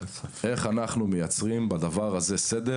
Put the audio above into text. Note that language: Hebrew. איך אנחנו מייצרים בדבר הזה סדר?